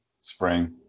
spring